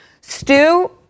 Stu